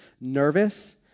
nervous